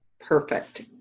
Perfect